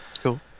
Cool